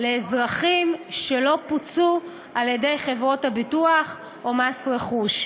לאזרחים שלא פוצו על-ידי חברות הביטוח או מס רכוש.